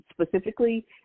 specifically